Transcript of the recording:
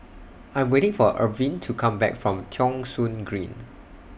I Am waiting For Irvine to Come Back from Thong Soon Green